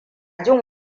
jin